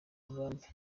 mugambi